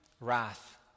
wrath